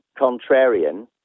contrarian